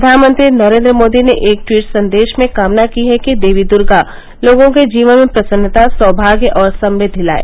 प्रधानमंत्री नरेन्द्र मोदी ने एक ट्वीट संदेश में कामना की है कि देवी दर्गा लोगों के जीवन में प्रसन्नता सौभाग्य और समृद्वि लाए